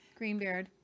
Greenbeard